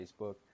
Facebook